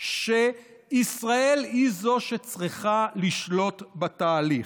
שישראל היא זו שצריכה לשלוט בתהליך.